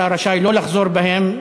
אתה רשאי לא לחזור בך,